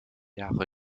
jahre